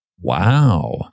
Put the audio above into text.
Wow